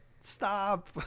Stop